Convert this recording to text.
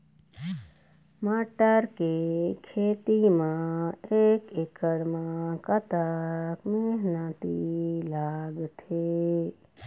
मटर के खेती म एक एकड़ म कतक मेहनती लागथे?